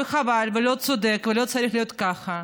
וחבל, ולא צודק, ולא צריך להיות ככה.